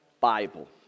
Bible